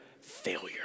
failure